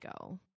go